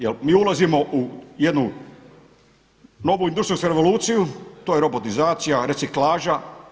Jer mi ulazimo u jednu novu industrijsku revoluciju, to je robotizacija, reciklaža.